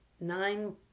nine